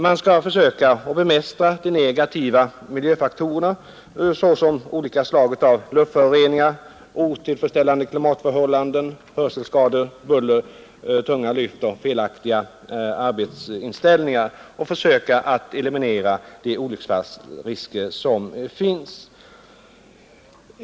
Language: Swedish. Man skall försöka att bemästra de negativa arbetsmiljöfaktorerna, såsom olika slag av luftföroreningar, verkningarna av otjänliga klimatförhållanden, hörselskador, buller, tunga lyft och felaktiga arbetsställningar, och försöka eliminera de olycksfallsrisker som finns.